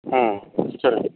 ம் சரிங்க சார்